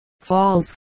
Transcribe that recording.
falls